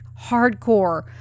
hardcore